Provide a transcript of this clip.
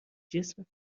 جسمت